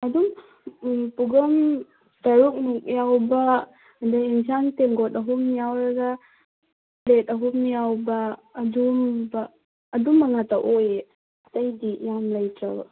ꯑꯗꯨꯝ ꯎꯝ ꯄꯨꯈꯝ ꯇꯔꯨꯛꯃꯨꯛ ꯌꯥꯎꯕ ꯑꯗꯒꯤ ꯑꯦꯟꯁꯥꯡ ꯇꯦꯡꯒꯣꯠ ꯑꯍꯨꯝ ꯌꯥꯎꯔꯒ ꯄ꯭ꯂꯦꯠ ꯑꯍꯨꯝ ꯌꯥꯎꯕ ꯑꯗꯨꯒꯨꯝꯕ ꯑꯗꯨꯒꯨꯝꯕ ꯉꯥꯛꯇ ꯑꯣꯏꯌꯦ ꯑꯩꯇꯩꯗꯤ ꯌꯥꯝ ꯂꯩꯇ꯭ꯔꯕ